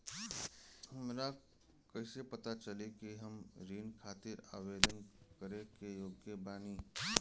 हमरा कईसे पता चली कि हम ऋण खातिर आवेदन करे के योग्य बानी?